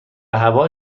هوا